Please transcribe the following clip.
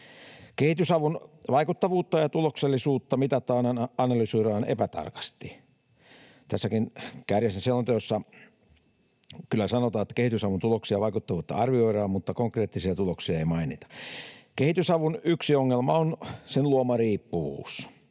Kehitysavun vaikuttavuutta ja tuloksellisuutta mitataan ja analysoidaan epätarkasti. Tässäkin Kääriäisen selonteossa kyllä sanotaan, että kehitysavun tuloksia ja vaikuttavuutta arvioidaan, mutta konkreettisia tuloksia ei mainita. Kehitysavun yksi ongelma on sen luoma riippuvuus.